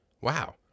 Wow